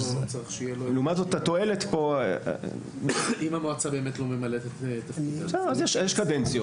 אם המועצה באמת לא ממלאת את תפקידה --- אז יש קדנציה